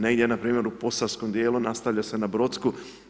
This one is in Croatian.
Negdje npr. u posavskom dijelu nastavlja se na Brodsku.